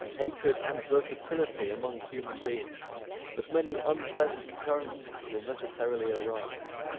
hatred, and versatility among human beings that many unpleasant occurrences will necessarily arise,